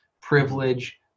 privilege